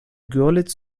görlitz